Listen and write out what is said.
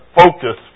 focus